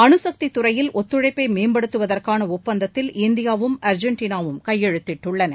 அணுசக்தித்துறையில் ஒத்துழைப்பைமேபடுத்துவதற்கானஒப்பந்தத்தில் இந்தியாவும் அர்ஜென்டினாவும் கையெழுத்திட்டுள்ளன